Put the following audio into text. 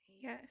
Yes